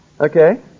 okay